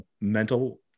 mental